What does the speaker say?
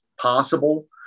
possible